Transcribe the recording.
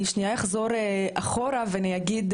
אני שנייה אחזור אחורה ואני אגיד,